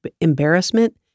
embarrassment